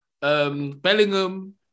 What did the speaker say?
Bellingham